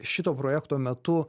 šito projekto metu